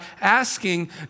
asking